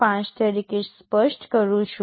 5 તરીકે સ્પષ્ટ કરું છું